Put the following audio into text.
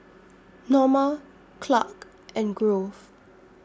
Norma Clark and Grove